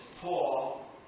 Paul